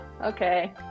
Okay